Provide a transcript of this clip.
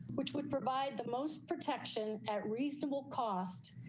which would provide the most protection at reasonable cost.